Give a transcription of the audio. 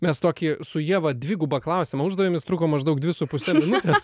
mes tokį su ieva dvigubą klausimą uždavėm jis truko maždaug dvi su puse minutės